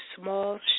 small